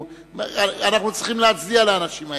אנחנו צריכים להצדיע לאנשים האלה.